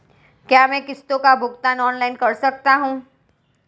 क्या मैं किश्तों का भुगतान ऑनलाइन कर सकता हूँ?